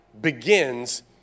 begins